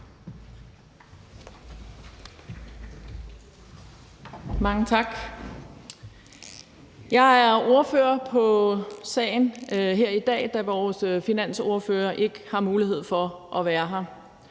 Mange tak. Jeg er ordfører på sagen her i dag, da vores finansordfører ikke har mulighed for at være her.